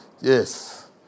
Yes